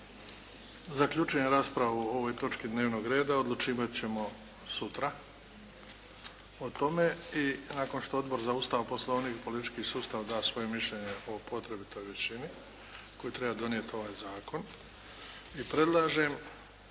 zaključujem raspravu o ovoj točki dnevnog reda. Odlučivat ćemo sutra o tome i nakon što Odbor za Ustav, Poslovnik i politički sustav da svoje mišljenje o potrebitoj većini koji treba donijet ovaj zakon **Bebić,